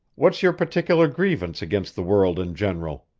what's your particular grievance against the world in general?